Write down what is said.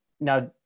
now